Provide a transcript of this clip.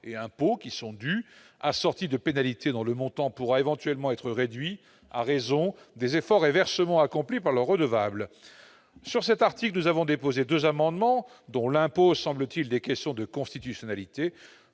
et impôts dus, assortis de pénalités dont le montant pourra éventuellement être réduit à raison des efforts et versements accomplis par le redevable. Sur cet article, nous avons déposé deux amendements, dont l'un soulève, semble-t-il, des questions de constitutionnalité.